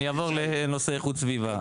אני אעבור לנושא איכות סביבה.